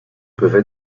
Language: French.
peuvent